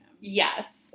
Yes